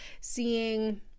seeing